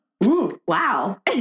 wow